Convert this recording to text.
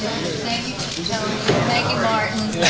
yeah yeah